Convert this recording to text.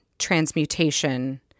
Transmutation